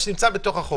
שנמצא בתוך החוק.